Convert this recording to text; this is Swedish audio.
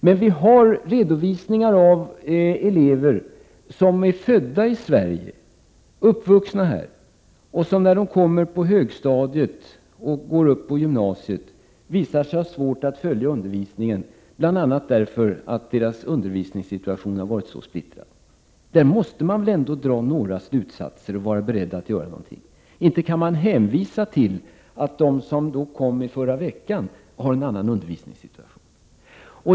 Det finns dock redovisat att elever som är födda och uppvuxna i Sverige visar sig ha svårt att följa undervisningen när de kommer upp på högstadiet och står inför övergången till gymnasiet, bl.a. därför att deras undervisningssituation har varit så splittrad. Man måste väl dra några slutsatser därav och vara beredd att göra någonting. Man kan inte bara hänvisa till att de som kom hit förra veckan har en annan undervisningssituation.